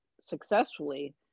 successfully